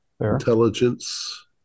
Intelligence